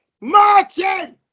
Martin